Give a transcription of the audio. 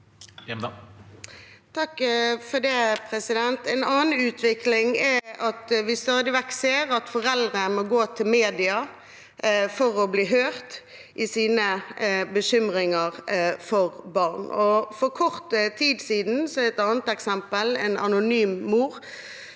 En annen utvikling er at vi stadig vekk ser at foreldre må gå til media for å bli hørt i sine bekymringer for barn. For kort tid siden – som et annet eksempel – skrev en anonym mor